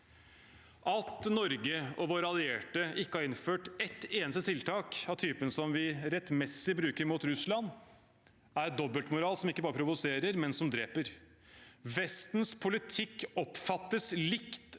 At Norge og våre allierte ikke har innført et eneste tiltak av den typen vi rettmessig bruker mot Russland, er dobbeltmoral som ikke bare provoserer, men som dreper. Vestens politikk oppfattes likt